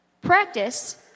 practice